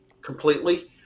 completely